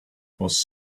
was